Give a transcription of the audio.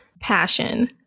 Passion